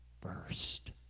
first